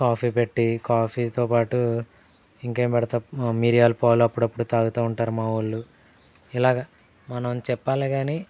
coffee పెట్టి కాఫీతో పాటు ఇంకేం పెడుతాం మిరియాలు పాలు అప్పుడపుడు తాగుతూ ఉంటారు మావాళ్ళు ఇలాగ మనం చెప్పాలే గానీ